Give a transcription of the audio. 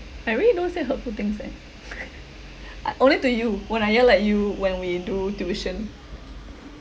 I really don't say hurtful things eh uh only to you when I yell at you when we do tuition